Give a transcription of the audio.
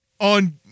on